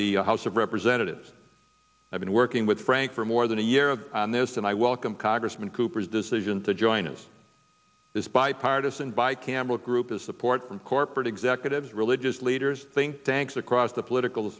the house of representatives i've been working with frank for more than a year of this and i welcome congressman cooper's decision to join us this bipartisan buy campbell group of support from corporate executives religious leaders think tanks across the political